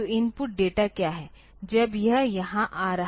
तो input data क्या है जब यह यहाँ आ रहा है